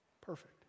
perfect